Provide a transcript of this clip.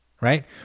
right